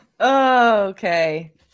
Okay